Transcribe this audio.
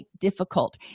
difficult